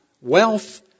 wealth